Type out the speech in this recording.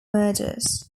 murders